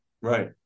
Right